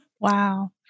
Wow